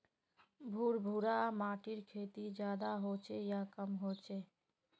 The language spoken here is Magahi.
भुर भुरा माटिर खेती ज्यादा होचे या कम होचए?